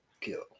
kill